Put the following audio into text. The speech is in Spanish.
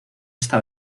esta